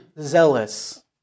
zealous